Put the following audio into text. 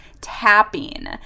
tapping